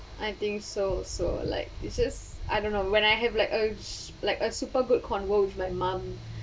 I think so so like it's just I don't know when I have like a like a super good convo with my mum